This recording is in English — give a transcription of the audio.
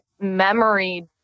memory